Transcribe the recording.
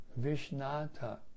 Vishnata